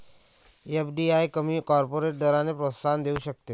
FDI कमी corporate दरांना प्रोत्साहन देऊ शकते